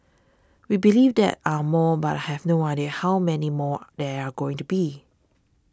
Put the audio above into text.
we believe there are more but have no idea how many more there are going to be